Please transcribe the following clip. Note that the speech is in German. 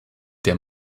der